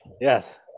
Yes